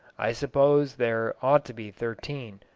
i suppose there ought to be thirteen,